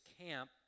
camp